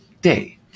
day